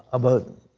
about